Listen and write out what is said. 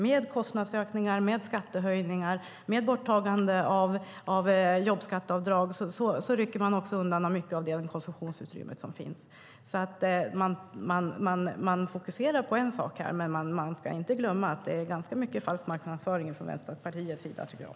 Med kostnadsökningar, skattehöjningar och borttagande av jobbskatteavdrag rycker man undan mycket av det konsumtionsutrymme som finns. Man fokuserar på en sak här, men vi ska inte glömma att det är ganska mycket falsk marknadsföring från Vänsterpartiets sida, tycker jag.